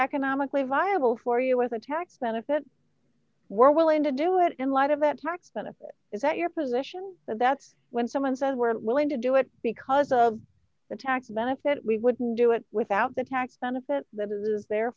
economically viable for you with a tax benefit we're willing to do it in light of that tax benefit is that your position that that's when someone says we're willing to do it because of the tax benefit we wouldn't do it without the tax benefit that is is the